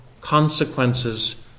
consequences